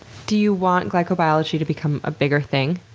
do you want glycobiology to become a bigger thing?